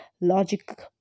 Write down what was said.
logic